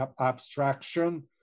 abstraction